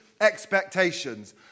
expectations